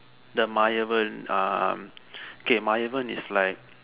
the Maayavan ah okay Maayavan is like